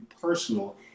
personal